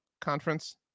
conference